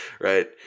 Right